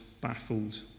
baffled